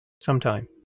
Sometime